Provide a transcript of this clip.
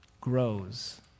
grows